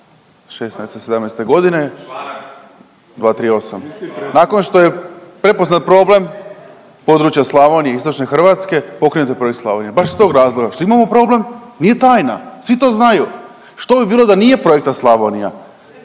Članak?/… 238., nakon što je prepoznat problem područja Slavonije Istočne Hrvatske pokrenut je projekt Slavonija baš iz tog razloga što imamo problem, nije tajna, svi to znaju. Što bi bilo da nije projekta Slavonija?